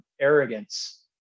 arrogance